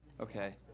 okay